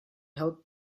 help